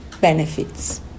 benefits